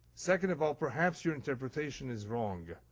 second of all, perhaps your interpretation is wrong.